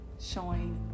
showing